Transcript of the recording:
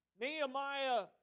Nehemiah